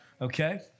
okay